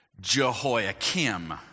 Jehoiakim